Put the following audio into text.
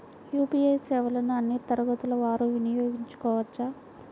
UPI సేవలని అన్నీ తరగతుల వారు వినయోగించుకోవచ్చా?